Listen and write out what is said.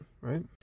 right